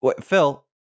Phil